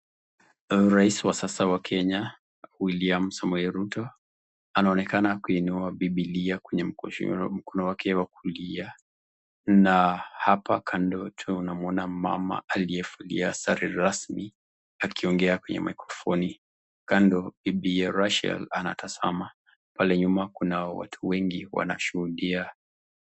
Rais wa sasa wa Kenya, William Samoei Ruto, anaonekana kuinua bibilia kwenye mkono wake wa kulia na hapa kando tunamuona mama aliyevalia sare rasmi akiongea kwenye maikrofoni. Kando, bibiye Rachael, anatazama. Pale nyuma kunao watu wengi wanashuhudia.